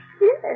Yes